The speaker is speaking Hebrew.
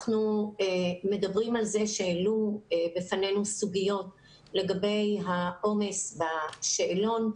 אנחנו מדברים על כך שהעלו בפנינו סוגיות לגבי העומס בשאלון,